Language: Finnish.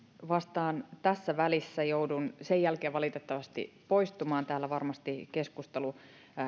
vastaan tässä välissä joudun sen jälkeen valitettavasti poistumaan täällä varmasti keskustelu